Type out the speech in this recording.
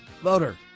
voter